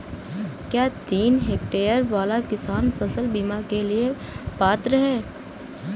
क्या तीन हेक्टेयर वाला किसान फसल बीमा के लिए पात्र हैं?